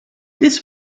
this